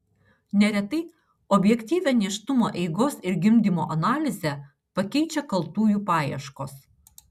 neretai objektyvią nėštumo eigos ir gimdymo analizę pakeičia kaltųjų paieškos